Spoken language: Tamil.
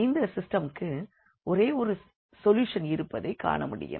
இந்த சிஸ்டம்க்கு ஒரே ஒரு சொல்யூஷன் இருப்பதைக் காண முடியும்